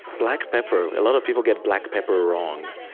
black pepper a lot of people get black pepper wrong.